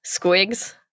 squigs